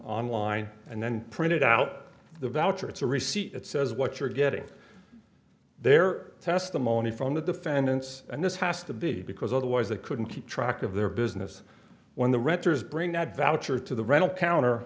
online and then printed out the voucher it's a receipt that says what you're getting they're testimony from the defendants and this has to be because otherwise they couldn't keep track of their business when the renters bring that voucher to the rental counter